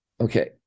Okay